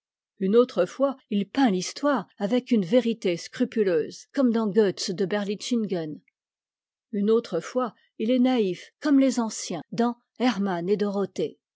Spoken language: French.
une autre fois il peint l'histoire avec une vérité scrupuleuse comme dans coetz de bergers gen une autre fois il est naïf comme les anciens dans ermsm et donnée